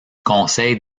conseil